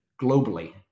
globally